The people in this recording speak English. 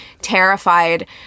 terrified